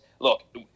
look